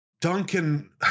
Duncan